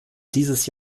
dieses